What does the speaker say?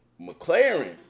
McLaren